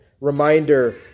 reminder